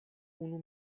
unu